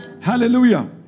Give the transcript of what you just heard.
Hallelujah